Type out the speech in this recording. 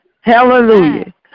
Hallelujah